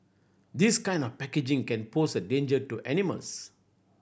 this kind of packaging can pose a danger to animals